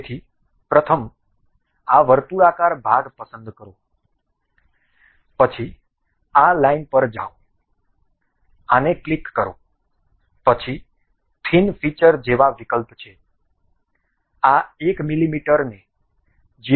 તેથી પ્રથમ આ વર્તુળાકાર ભાગ પસંદ કરો પછી આ લાઇન પર જાઓ આને ક્લિક કરો પછી થીન ફીચર જેવા વિકલ્પ છે આ 1 મીમીને 0